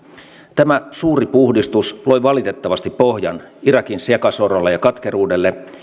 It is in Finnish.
tämä suuri puhdistus loi valitettavasti pohjan irakin sekasorrolle ja katkeruudelle